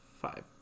five